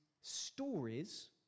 stories